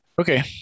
Okay